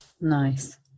Nice